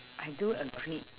I do agree